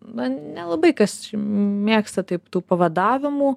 na nelabai kas mėgsta taip tų pavadavimų